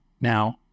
Now